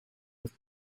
with